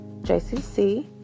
JCC